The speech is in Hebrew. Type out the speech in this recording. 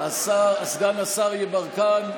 סגן השר יברקן,